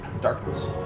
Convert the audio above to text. darkness